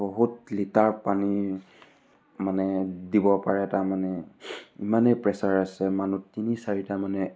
বহুত লিটাৰ পানী মানে দিব পাৰে তাৰমানে ইমানেই প্ৰেচাৰ আছে মানুহ তিনি চাৰিটা মানে